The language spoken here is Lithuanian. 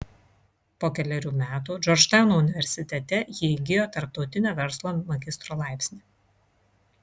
po kelerių metų džordžtauno universitete ji įgijo tarptautinio verslo magistro laipsnį